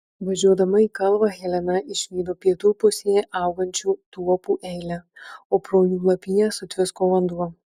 važiuodama į kalvą helena išvydo pietų pusėje augančių tuopų eilę o pro jų lapiją sutvisko vanduo